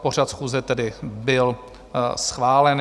Pořad schůze tedy byl schválen.